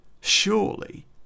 surely